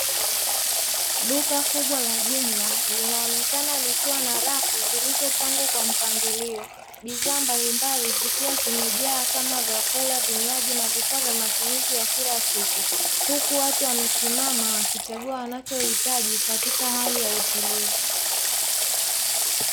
duka kubwa la jumla linaonekana likiwa na ra fu zilizopangwa kwa mpangilio bidhaa mbalimbali, zikiwa zimejaa kama vinywaji vyakula na vifaa vya matumizi ya kila siku, huku watu wamesimama wakichagua katika hali ya utulivu.